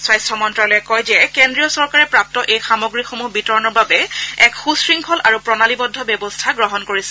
স্বাস্থ্য মন্ত্ৰালয়ে কয় যে কেন্দ্ৰীয় চৰকাৰে প্ৰাপ্ত এই সামগ্ৰীসমূহ বিতৰণৰ বাবে এক সুশৃংখল আৰু প্ৰণালীবদ্ধ ব্যৱস্থা গ্ৰহণ কৰিছে